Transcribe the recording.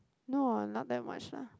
no ah not that much lah